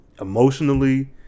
emotionally